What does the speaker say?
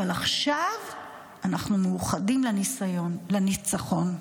אבל עכשיו אנחנו מאוחדים לניצחון.